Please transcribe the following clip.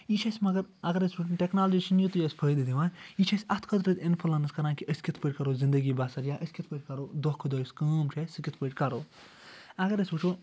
یہِ چھِ اَسہِ مگر اگر أسۍ وٕچھو ٹیٚکنالجی چھِنہٕ یُتُے یوت فٲیدٕ دِوان یہِ چھُ اَسہِ اتھ خٲطرٕ انفلَنٕس کَران کہِ أسۍ کِتھ پٲٹھۍ کرو زِندگی بَسَر یا أسۍ کِتھ پٲٹھۍ کرو دۄہ کھۄ دۄہ یُس کٲم چھِ اَسہِ سُہ کِتھ پٲٹھۍ کرو اگر أسۍ وٕچھو